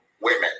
women